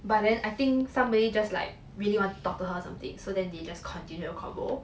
but then I think somebody just like really want to talk to her or something so then they just continued the convo